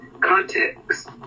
context